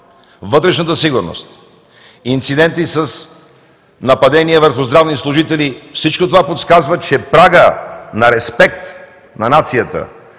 вътрешната сигурност, инциденти с нападения върху здравни служители. Всичко това подсказва, че прагът на респект на нацията